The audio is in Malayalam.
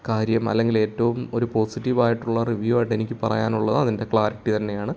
കാര്യം അല്ലെങ്കിൽ ഏറ്റവും ഒരു പോസിറ്റീവ് ആയിട്ടുള്ള റിവ്യൂ ആയിട്ട് എനിക്ക് പറയാനുള്ളത് അതിൻ്റെ ക്ലാരിറ്റി തന്നെയാണ്